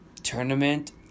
tournament